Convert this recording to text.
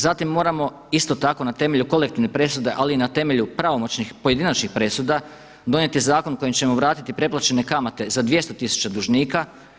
Zatim moramo isto tako na temelju kolektivne presude ali i na temelju pravomoćnih pojedinačnih presuda donijeti zakon kojim ćemo vratiti preplaćene kamate za 200 tisuća dužnika.